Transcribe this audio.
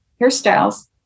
hairstyles